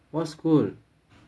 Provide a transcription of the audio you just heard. what school